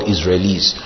Israelis